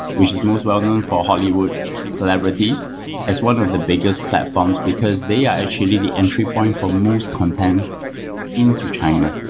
which is most well-known for hollywood celebrities as one of the biggest platforms, because they are actually the entry point for most content into china.